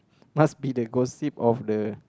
must be the gossip of the